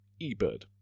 eBird